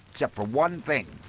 except for one thing.